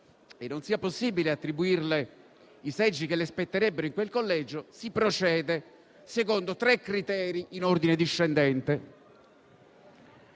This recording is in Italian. e non sia possibile attribuirle i seggi che le spetterebbero in quel collegio, si procede secondo tre criteri in ordine discendente.